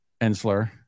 Ensler